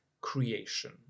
creation